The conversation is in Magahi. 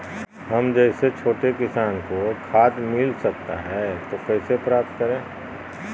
हम जैसे छोटे किसान को खाद मिलता सकता है तो कैसे प्राप्त करें?